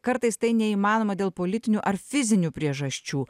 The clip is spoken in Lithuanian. kartais tai neįmanoma dėl politinių ar fizinių priežasčių